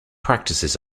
practices